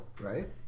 Right